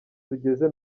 tugeze